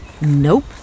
Nope